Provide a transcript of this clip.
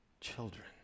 Children